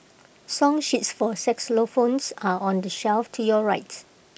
song sheets for xylophones are on the shelf to your right